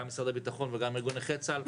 גם משרד הביטחון וגם ארגון נכי צה"ל,